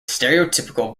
stereotypical